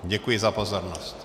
Děkuji za pozornost.